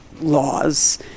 laws